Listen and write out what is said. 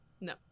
no